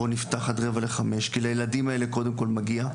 בואו נפתח עד 16:45. כי לילדים האלה קודם כל מגיע.